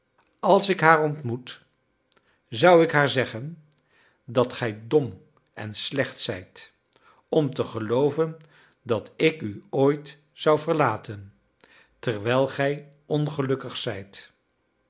als ik haar ontmoet zou ik haar zeggen dat gij dom en slecht zijt om te gelooven dat ik u ooit zou verlaten terwijl gij ongelukkig zijt